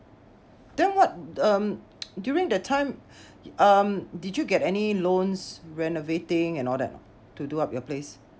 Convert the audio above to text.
then what um during that time um did you get any loans renovating and all that to do up your place